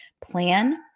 plan